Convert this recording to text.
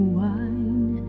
wine